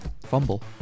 Fumble